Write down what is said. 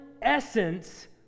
essence